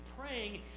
praying